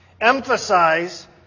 Emphasize